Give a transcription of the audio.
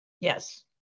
Yes